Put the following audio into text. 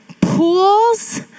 pools